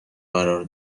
قرار